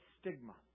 stigma